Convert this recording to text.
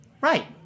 Right